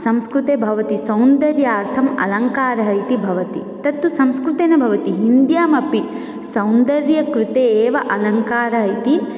संस्कृते भवति सौन्दर्यार्थम् अलङ्कारः इति भवति तत्तु संस्कृते न भवति हिन्द्याम् अपि सौन्दर्यकृते एव अलङ्कारः इति